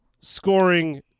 scoring